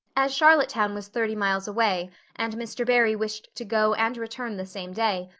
as charlottetown was thirty miles away and mr. barry wished to go and return the same day,